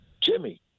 Jimmy